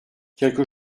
quelque